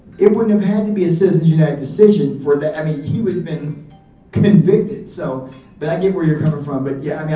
it wouldn't have had to be a citizens united decision. for that i mean, he would have been convicted. so but i get where you're coming from. but yeah yeah,